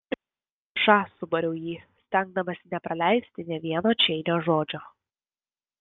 ša subariau jį stengdamasi nepraleisti nė vieno čeinio žodžio